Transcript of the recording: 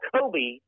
Kobe